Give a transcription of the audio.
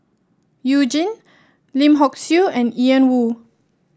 You Jin Lim Hock Siew and Ian Woo